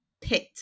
pit